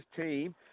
team